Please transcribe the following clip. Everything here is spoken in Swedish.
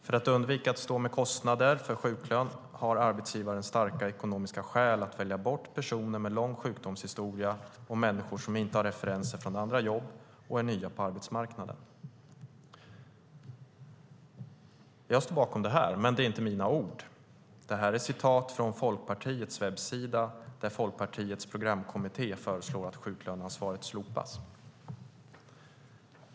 För att undvika att stå med kostnader för sjuklön har arbetsgivaren starka ekonomiska skäl att välja bort personer med lång sjukdomshistoria och människor som inte har referenser från andra jobb och är nya på arbetsmarknaden. Jag står bakom detta, men det är inte mina ord. Detta är hämtat från Folkpartiets hemsida där Folkpartiets programkommitté föreslår att sjuklöneansvaret slopas.